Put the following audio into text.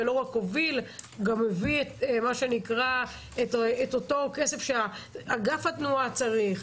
הוא לא רק הוביל אלא גם הביא את אותו כסף שאגף התנועה צריך.